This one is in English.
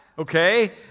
Okay